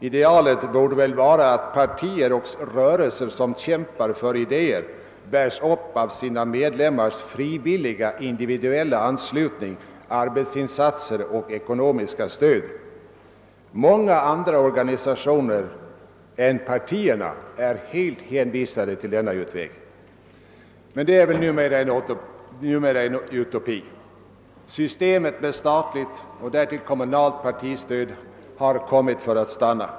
Idealet borde väl vara att partier och rörelse som kämpar för idéer bärs upp av sina medlemmars frivilliga anslutning, arbetsinsatser och ekonomiska stöd. Många andra organisationer än de politiska partierna är helt hänvisade till denna utväg. Men en sådan situation får väl numera anses vara en utopi. Systemet med statligt och kommunalt partistöd har nog kommit för att stanna.